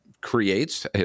creates